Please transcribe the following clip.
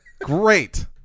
Great